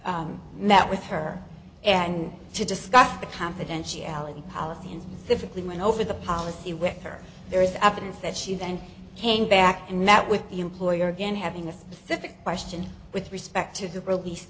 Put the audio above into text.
had met with her and to discuss the confidentiality policy and differently went over the policy with her there is evidence that she then came back and met with the employer again having a specific question with respect to the release